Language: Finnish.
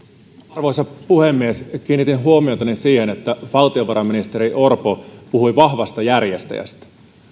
arvoisa puhemies kiinnitin huomiotani siihen että valtiovarainministeri orpo puhui vahvasta järjestäjästä